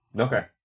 okay